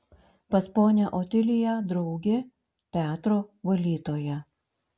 pas ponią otiliją draugė teatro valytoja